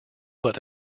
but